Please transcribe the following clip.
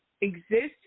exist